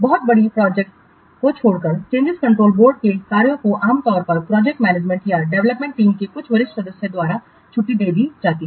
बहुत बड़ी प्रोजेक्ट ओं को छोड़कर चेंजिंस कंट्रोल बोर्ड के कार्यों को आमतौर पर प्रोजेक्ट मैनेजमेंट या डेवलपमेंट टीम के कुछ वरिष्ठ सदस्य द्वारा छुट्टी दे दी जाती है